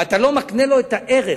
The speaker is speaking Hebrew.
ואתה לא מקנה לו את הערך